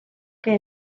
que